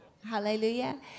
Hallelujah